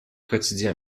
quotidiens